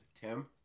Tim